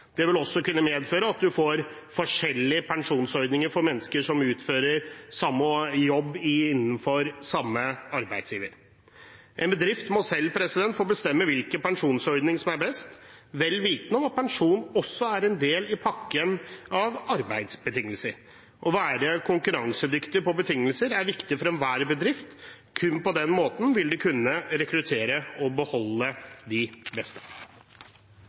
Det vil også kunne medføre at man får forskjellige pensjonsordninger for mennesker som utfører samme jobb for samme arbeidsgiver. En bedrift må selv få bestemme hvilken pensjonsordning som er best, vel vitende om at pensjon også er en del av pakken av arbeidsbetingelser. Å være konkurransedyktig på betingelser er viktig for enhver bedrift. Kun på den måten vil de kunne rekruttere og beholde de beste.